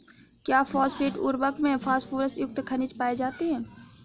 क्या फॉस्फेट उर्वरक में फास्फोरस युक्त खनिज पाए जाते हैं?